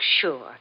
sure